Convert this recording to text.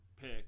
pick